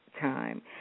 time